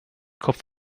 kopf